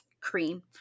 cream